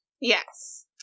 Yes